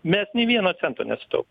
mes nei vieno cento nesutaupom